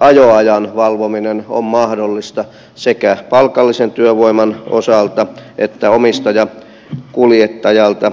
ajoajan valvominen on mahdollista sekä palkallisen työvoiman osalta että omistajakuljettajalta